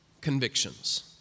convictions